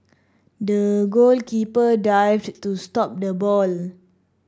the goalkeeper dived to stop the ball